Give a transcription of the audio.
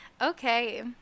Okay